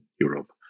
Europe